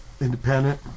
independent